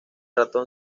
ratón